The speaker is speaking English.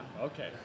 okay